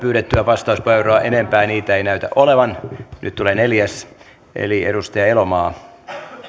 pyydettyä vastauspuheenvuoroa enempää niitä ei näytä olevan nyt tulee neljäs eli edustaja elomaa